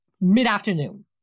mid-afternoon